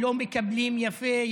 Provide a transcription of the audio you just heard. היו אומרים,) לא מקבלים יפה,